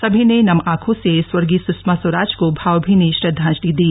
सभी ने नम आंखों से स्वर्गीय सुषमा स्वराज को भावमीनी श्रद्वांजलि दी